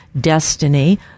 destiny